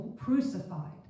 crucified